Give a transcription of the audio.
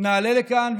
נעלה לכאן,